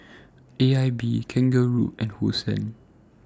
A I B Kangaroo and Hosen